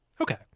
Okay